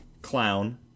clown